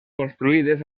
construïdes